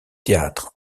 théâtre